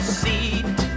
seat